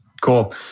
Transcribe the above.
Cool